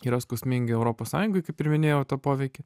yra skausmingi europos sąjungai kaip ir minėjau tą poveikį